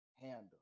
handle